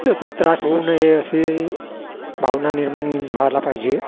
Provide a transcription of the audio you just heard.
त्याचा त्रास होऊ नये असे भावना निर्माण व्हायला पाहिजे